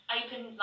open